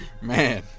Man